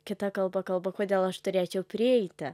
kita kalba kalba kodėl aš turėčiau prieiti